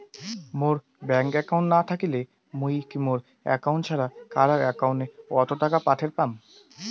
মোর bank account না থাকিলে মুই কি মোর একাউন্ট ছাড়া কারো একাউন্ট অত টাকা পাঠের পাম?